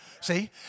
see